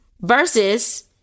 versus